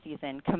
season